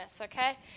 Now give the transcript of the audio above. okay